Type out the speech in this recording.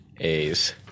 A's